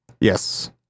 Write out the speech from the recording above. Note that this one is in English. Yes